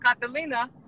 Catalina